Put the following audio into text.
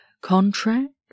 contract